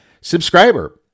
subscriber